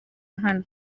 hano